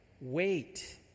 wait